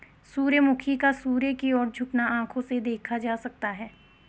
सूर्यमुखी का सूर्य की ओर झुकना आंखों से देखा जा सकता है